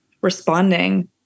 responding